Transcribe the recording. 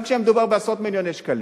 גם כשהיה מדובר בעשרות מיליוני שקלים.